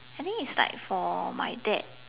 I think is like for my dad